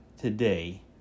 today